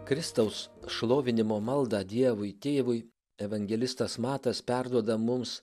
kristaus šlovinimo maldą dievui tėvui evangelistas matas perduoda mums